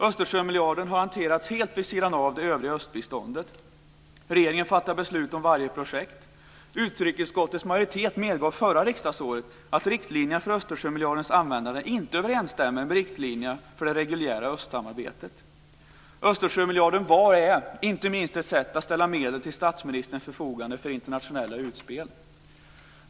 Östersjömiljarden har hanterats helt vid sidan av det övriga östbiståndet. Regeringen fattar beslut om varje projekt. Utrikesutskottets majoritet medgav förra riksdagsåret att riktlinjerna för Östersjömiljardens användande inte överensstämmer med riktlinjerna för det reguljära östsamarbetet. Östersjömiljarden var och är inte minst ett sätt att ställa medel till statsministerns förfogande för internationella utspel.